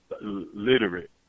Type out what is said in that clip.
literate